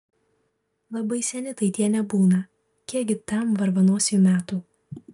labai seni tai tie nebūna kiekgi tam varvanosiui metų